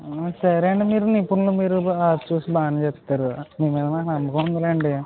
సరే అండి మీరు ఇప్పుడు వచ్చేసి బాగానే చెప్తారు మీపైన నమ్మకం ఉంది లెండి